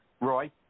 Roy